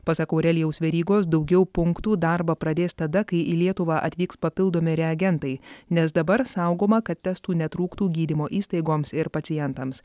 pasak aurelijaus verygos daugiau punktų darbą pradės tada kai į lietuvą atvyks papildomi reagentai nes dabar saugoma kad testų netrūktų gydymo įstaigoms ir pacientams